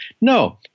No